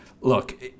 look